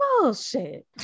bullshit